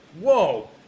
Whoa